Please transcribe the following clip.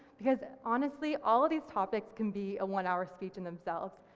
because honestly all of these topics can be a one-hour speech in themselves.